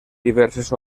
diverses